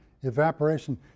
evaporation